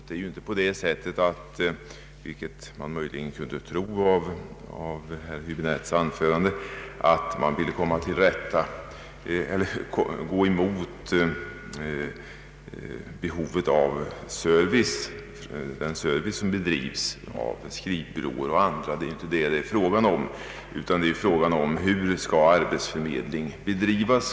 Det är ju inte så, vilket man möjligen kunde tro av herr Höäbinettes anförande, att man vill gå emot den service som bedrivs av skrivbyråerna och andra. Frågan är i stället hur arbetsförmedlingen skall bedrivas.